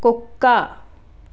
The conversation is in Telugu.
కుక్క